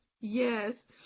Yes